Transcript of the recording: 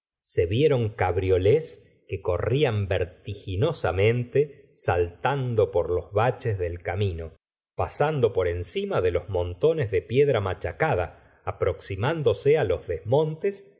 se vieron cabriolés que corrían vertiginosamente saltando por los baches del camino pasando por encima de los montones de piedra machacada aproximándose á los desmontes